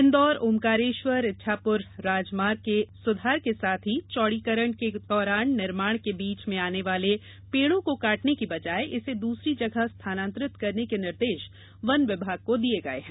इंदौर ओंकारेश्वर इच्छापुर राजमार्ग के सुधार के साथ ही चौड़ीकरण के दौरान निर्माण के बीच में आने वाले पेड़ों को काटने के बजाय इसे दूसरी जगह स्थानांतरित करने के निर्देश वन विभाग को दिए हैं